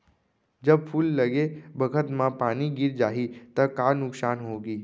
जब फूल लगे बखत म पानी गिर जाही त का नुकसान होगी?